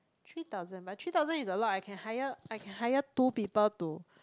three thousand but three thousand is a lot I can hire I can hire two people to